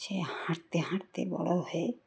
সে হাঁটতে হাঁটতে বড়ো হয়ে